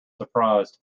surprised